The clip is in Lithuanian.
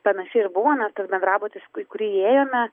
panaši ir buvo nes tas bendrabutis į kur į kurį įėjome